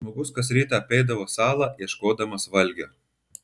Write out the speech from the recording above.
žmogus kas rytą apeidavo salą ieškodamas valgio